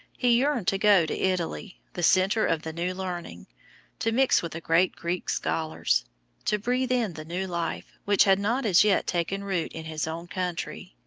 he yearned to go to italy, the centre of the new learning to mix with the great greek scholars to breathe in the new life, which had not as yet taken root in his own country.